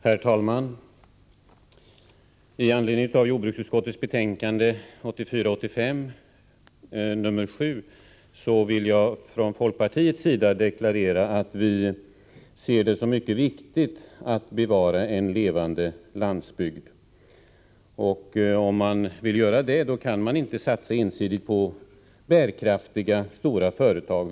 Herr talman! Med anledning av jordbruksutskottets betänkande 7 vill jag från folkpartiets sida deklarera att vi ser det som mycket viktigt att bevara en levande landsbygd. Om man vill göra det, kan man inte satsa ensidigt på bärkraftiga stora företag.